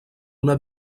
una